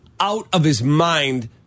out-of-his-mind